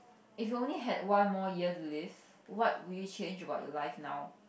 if you only had one more year to live what would you change about your life now